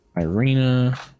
Irina